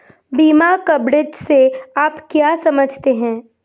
बीमा कवरेज से आप क्या समझते हैं?